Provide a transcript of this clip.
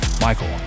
Michael